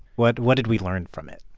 what what did we learn from it?